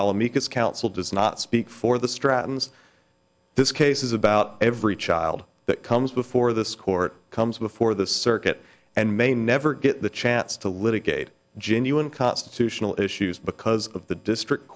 while amicus counsel does not speak for the stratton's this case is about every child that comes before this court comes before the circuit and may never get the chance to litigate genuine constitutional issues because of the district